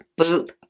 boop